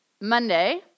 Monday